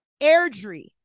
Airdrie